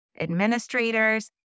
administrators